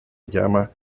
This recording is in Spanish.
llama